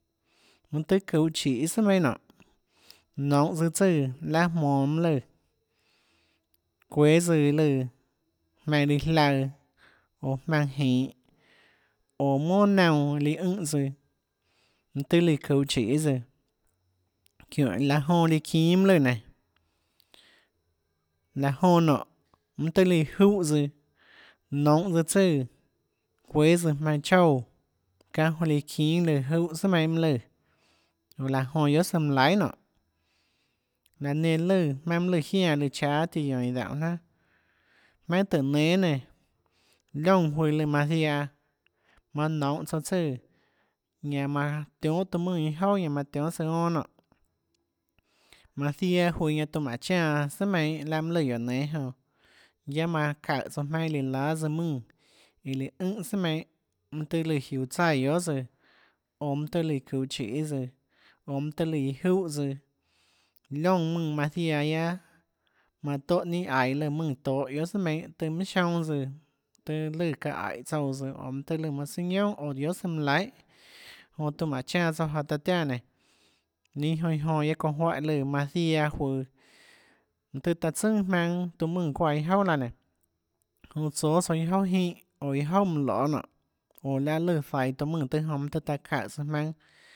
Mønâ tøhê çuhå chiê sùà meinhâ nonê nounhå tsøã tsùã láhã jmonå mønâ lùã çuéâ tsøã iã lùã jmaønã riã jlaøã oå jmaønã jinhå oå monà naunã líã ùnhã tsøã mønã tøâ lùã çuhå chiê tsøã çiónhå laã onã líã çínâ mønâ lùã nénå laã jonã nonê mønâ tøhê líã júhã tsøã nounhå tsøã tsùã çuéâ tsøã jmaønã choúã çánhã jonã líã çínâ lùã júhã sùà meinhâ mønâ lùã jonã laã jonã guiohà søã manã laihà nonê laã nenã lùã jmaønâ lùã jiánã lùã cháâ tiã guiónå iã daúnhå jnanà jmaønâ tùhå nénâ nénå liónã juøå lùã manã ziaã manã nounhå tsouã tsùã ñanã manã tionhâ taã mùnã â jouà ñanã manã tionhà søã onâ nonê manã ziaã juøå ñanã tiuã mánhã chanã jaå sùà meinhâ láhã mønâ lùã guióå nénâ jonã guiaã manã çaùhå tsouã jmaønâ lùã láâ tsouã mùnã iã lùã ùnhã sùà mienhâ tøhê lùã jiuå tsaíã guiohà tsøã oå mønâ tøhê lùã çuhå chiê tsøã oå mønã tøhê lùã júhã tsøã liónã mùnã manã ziaã guiaâ manã tónhã ninâ aiå lùã mùnã tohå guiohà sùà meinhâ tøhê minhà sionâ tsøã tøjê lùã çaã aíhå tsouã tsøã oå mønâ lùã manã søâ ñiounà oå guiohà søã manã laihà jonã tiuã mánhå chanã tsouã jaå taã tiánã nénå ninâ jonã iã jonã guiaâ çounã juáhã lùã ziaã juøå mønâ tøhê taã tsønà jmaønâ tuã mùnã çuáã iâ jouà laã nénå jonã tsóâtsouã iâ jouà jínhã oå iâ jouâ mønã loê nonê oå láhã lùã zaiå tøã mùnã tøâ jonã mønâ tøhê taã çaùhås jmaønâ